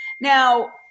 Now